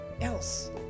else